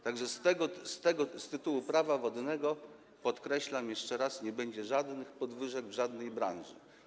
Tak że z tytułu Prawa wodnego, podkreślam jeszcze raz, nie będzie żadnych podwyżek w żadnej branży.